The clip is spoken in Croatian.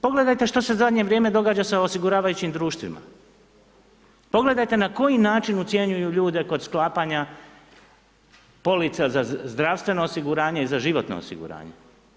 Pogledajte što se u zadnje vrijeme događa u osiguravajućim društvima, pogledajte na koji način ucjenjuju ljude kod sklapanja polica za zdravstveno osiguranje i za životno osiguranje.